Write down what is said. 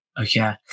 Okay